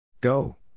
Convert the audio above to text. Go